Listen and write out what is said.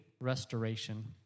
restoration